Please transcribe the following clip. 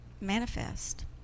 manifest